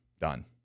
Done